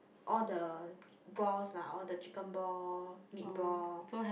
all the balls lah all the chicken ball meat ball